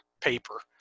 paper